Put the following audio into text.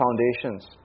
foundations